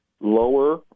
lower